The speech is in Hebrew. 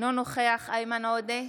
אינו נוכח איימן עודה,